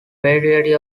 variety